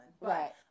right